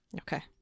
Okay